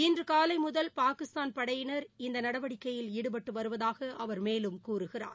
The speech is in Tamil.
இன்றுகாலைமுதல் பாகிஸ்தான் படையினா் இந்தநடவடிக்கையில் ஈடுபட்டுவருவதாகஅவா் மேலும் கூறுகிறார்